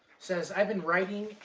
says, i've been writing,